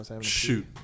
Shoot